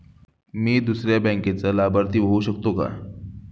मी दुसऱ्या बँकेचा लाभार्थी होऊ शकतो का?